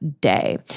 day